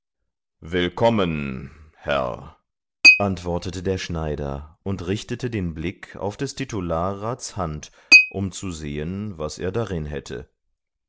willkommen herr antwortete der schneider und richtete den blick auf des titularrats hand um zu sehen was er darin hätte